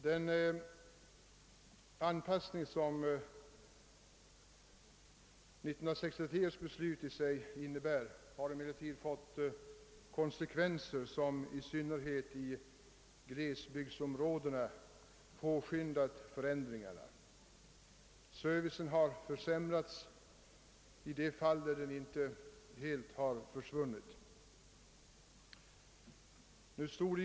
Den anpassning som 1963 års beslut i sig innebär har emellertid fått konsekvenser som i synnerhet i glesbygdsområdena påskyndat förändringarna. Servicen har försämrats i de fall där den inte helt har försvunnit.